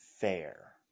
fair